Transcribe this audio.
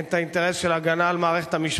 את האינטרס של הגנה על מערכת המשפט.